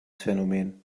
phänomen